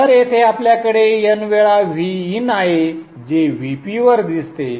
तर येथे आपल्याकडे n वेळा Vin आहे जे Vp वर दिसते